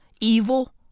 evil